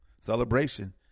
celebration